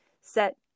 set